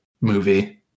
movie